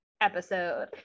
episode